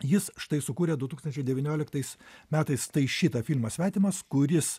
jis štai sukūrė du tūkstančiai devynioliktais metais tai šitą filmą svetimas kuris